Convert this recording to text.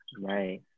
right